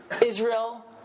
Israel